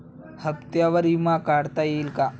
हप्त्यांवर विमा काढता येईल का?